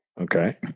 Okay